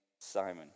Simon